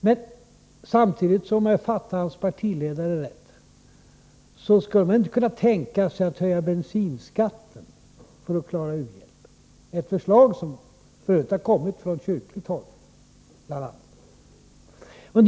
Men samtidigt kan folkpartiet, om jag fattade hans partiledare rätt, inte tänka sig att höja bensinskatten för att klara u-hjälpen — ett förslag som f. ö. har kommit från bl.a. kyrkligt håll.